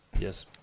Yes